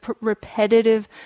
repetitive